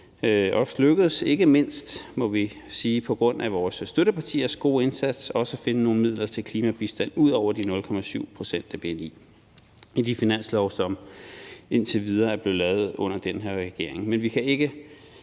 det lykkedes ikke mindst, må vi sige, på grund af vores støttepartiers gode indsats også at finde nogle midler til klimabistand ud over de 0,7 pct. af bni i de finanslove, som indtil videre er blevet lavet under den her regering.